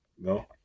no